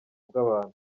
bw’abantu